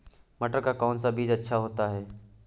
मटर का कौन सा बीज अच्छा होता हैं?